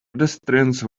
pedestrians